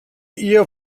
ihr